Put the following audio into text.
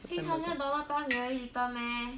six hundred dollar plus very little meh